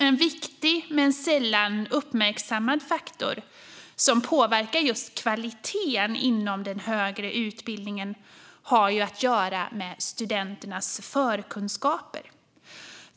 En viktig men sällan uppmärksammad faktor som påverkar kvaliteten inom den högre utbildningen har att göra med studenternas förkunskaper.